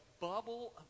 bubble